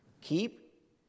Keep